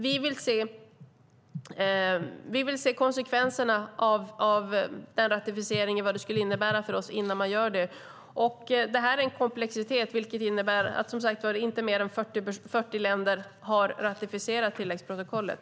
Vi vill se vilka konsekvenserna blir av den ratificeringen innan vi gör det. Det här är en komplexitet. Som sagt är det inte mer än 40 länder som har ratificerat tilläggsprotokollet.